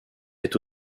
est